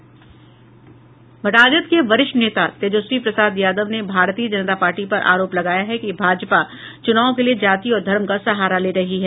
राजद के वरिष्ठ नेता तेजस्वी प्रसाद यादव ने भारतीय जनता पार्टी पर आरोप लगाया है कि भाजपा चुनाव के लिए जाति और धर्म का सहारा ले रही है